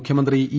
മുഖ്യമന്ത്രി ഇ